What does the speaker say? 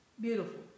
Beautiful